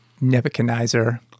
Nebuchadnezzar